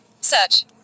Search